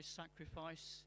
sacrifice